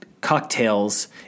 cocktails